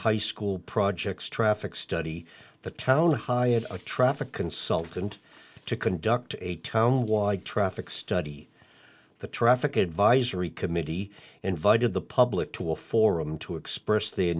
high school projects traffic study the town hired a traffic consultant to conduct a town wide traffic study the traffic advisory committee invited the public to a forum to express their